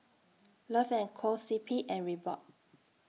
Love and Co C P and Reebok